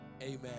Amen